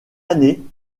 année